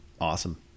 awesome